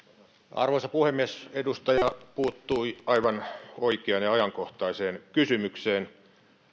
arvoisa puhemies edustaja puuttui aivan oikeaan ja ajankohtaiseen kysymykseen